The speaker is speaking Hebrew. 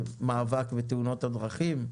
למאבק בתאונות הדרכים.